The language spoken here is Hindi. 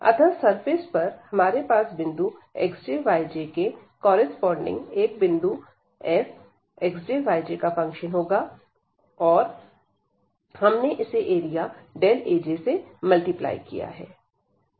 अतः सरफेस पर हमारे पास बिंदु xj yj के कॉरस्पॉडिंग एक बिंदु fxj yj होगा और हमने इसे एरिया Aj से मल्टीप्लाई किया है